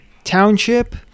Township